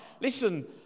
listen